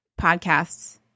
podcasts